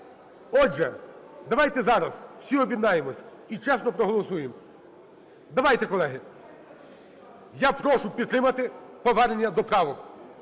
Отже, давайте зараз всі об’єднаємось і чесно проголосуємо. Давайте, колеги! Я прошу підтримати повернення до правок.